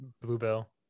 Bluebell